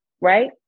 Right